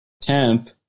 temp